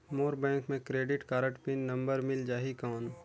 मोर bank मे credit card PIN number मिल जाहि कौन?